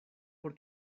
por